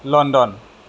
London